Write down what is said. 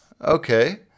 okay